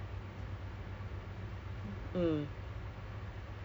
like uh a placing ah cause right now I done with my B_T_T